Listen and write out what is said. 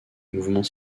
mouvement